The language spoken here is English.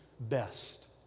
best